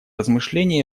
размышления